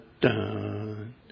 dun